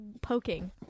poking